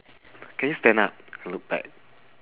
can you stand up and look back